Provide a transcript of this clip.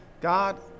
God